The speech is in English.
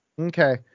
okay